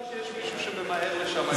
לא נראה שיש מישהו שממהר לשם היום.